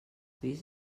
vist